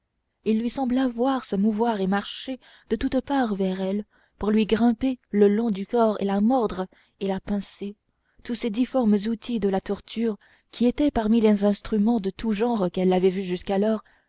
il lui sembla voir se mouvoir et marcher de toutes parts vers elle pour lui grimper le long du corps et la mordre et la pincer tous ces difformes outils de la torture qui étaient parmi les instruments de tout genre qu'elle avait vus jusqu'alors